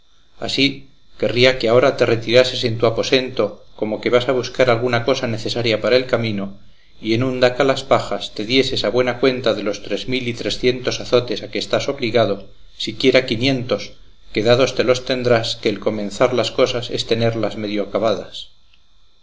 así querría que ahora te retirases en tu aposento como que vas a buscar alguna cosa necesaria para el camino y en un daca las pajas te dieses a buena cuenta de los tres mil y trecientos azotes a que estás obligado siquiera quinientos que dados te los tendrás que el comenzar las cosas es tenerlas medio